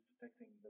protecting